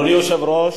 אדוני היושב-ראש,